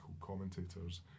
commentators